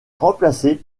remplacée